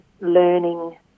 learning